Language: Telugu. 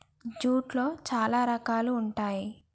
జూట్లో చాలా రకాలు ఉంటాయి